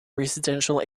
residential